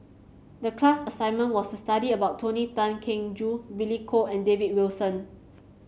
the class assignment was to study about Tony Tan Keng Joo Billy Koh and David Wilson